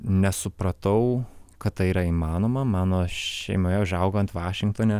nesupratau kad tai yra įmanoma mano šeimoje užaugant vašingtone